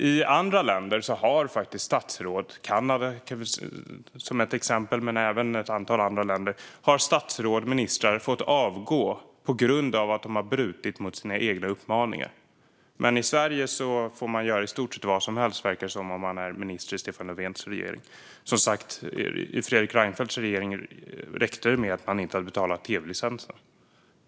I andra länder - till exempel i Kanada men även i ett antal andra länder - har statsråd och ministrar fått avgå på grund av att de har brutit mot sina egna uppmaningar. Men i Sverige får man göra i stort sett vad som helst, verkar det som, om man är minister i Stefan Löfvens regering. I Fredrik Reinfeldts regering räckte det som sagt att man inte hade betalat tv-licensen.